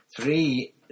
three